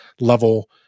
level